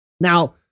Now